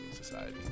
Society